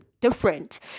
different